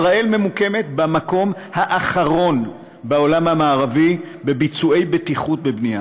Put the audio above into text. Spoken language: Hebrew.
ישראל ממוקמת במקום האחרון בעולם המערבי בביצועי בטיחות בבנייה.